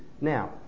Now